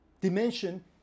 dimension